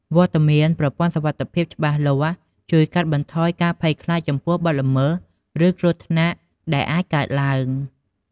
វត្តមានប្រព័ន្ធសុវត្ថិភាពច្បាស់លាស់ជួយកាត់បន្ថយការភ័យខ្លាចចំពោះបទល្មើស ឬគ្រោះថ្នាក់ដែលអាចកើតឡើង។